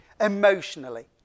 emotionally